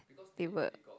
they work